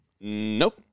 Nope